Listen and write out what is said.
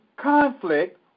conflict